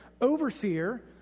Overseer